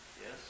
yes